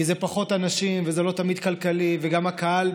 כי זה פחות אנשים וזה לא תמיד כלכלי וגם הקהל,